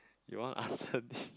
you want answer this